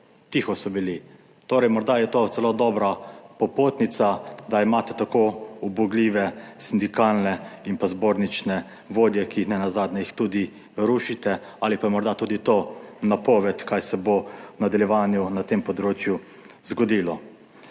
Tiho so bili. Torej, morda je to celo dobra popotnica, da imate tako ubogljive sindikalne in pa zbornične vodje, ki nenazadnje jih tudi rušite ali pa je morda tudi to napoved kaj se bo v nadaljevanju na tem področju zgodilo.